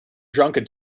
drunken